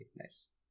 nice